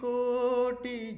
Koti